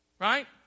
Right